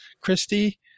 Christy